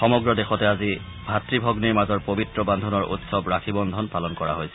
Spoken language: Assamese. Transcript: সমগ্ৰ দেশতে আজি ভাত় ভগ্নীৰ মাজৰ পবিত্ৰ বান্ধোনৰ উৎসৱ ৰাখী বন্ধন পালন কৰা হৈছে